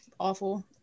awful